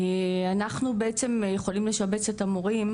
אנחנו בעצם יכולים לשבץ את המורים,